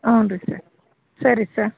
ಹೂನ್ರೀ sir ಸರಿ ಸಾ